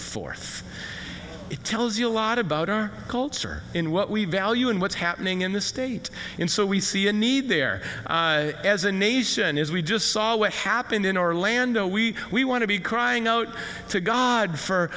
fourth it tells you a lot about our culture in what we value and what's happening in the state and so we see a need there as a nation is we just saw what happened in orlando we we want to be crying out to god for